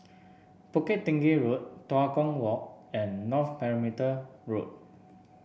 Bukit Tinggi Road Tua Kong Walk and North Perimeter Road